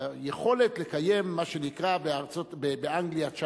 היכולת לקיים מה שנקרא באנגליה Channel